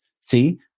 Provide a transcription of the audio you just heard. See